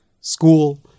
school